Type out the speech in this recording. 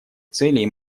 целей